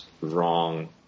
wrong